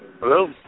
Hello